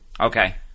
Okay